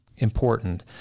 important